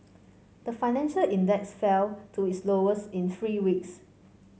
the financial index fell to its lowest in three weeks